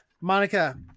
monica